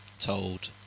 told